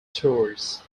tours